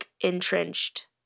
entrenched